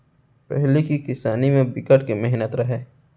पहिली के किसानी म बिकट के मेहनत रहय